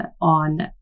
on